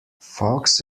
fox